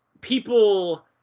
people